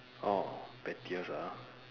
orh pettiest ah